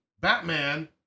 Batman